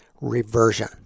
reversion